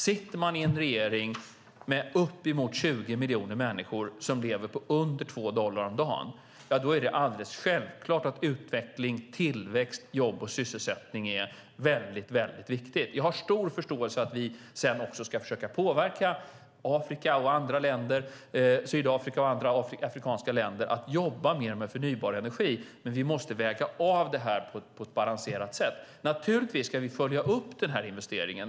Sitter man i en regering i ett land med uppemot 20 miljoner människor som lever på under 2 dollar om dagen är det alldeles självklart att utveckling, tillväxt, jobb och sysselsättning är väldigt viktigt. Jag har stor förståelse för att vi sedan också ska försöka påverka Sydafrika och andra afrikanska länder att jobba mer med förnybar energi, men vi måste väga av det här på ett balanserat sätt. Naturligtvis ska vi följa upp den här investeringen.